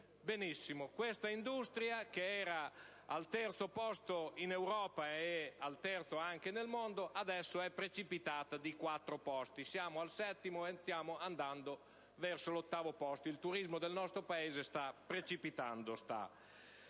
Benissimo, questa industria, che era al terzo posto in Europa e anche nel mondo, adesso è precipitata di quattro posti: siamo al settimo posto, e stiamo andando verso l'ottavo. Il turismo del nostro Paese sta precipitando.